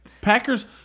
Packers